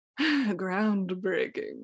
groundbreaking